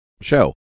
show